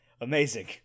amazing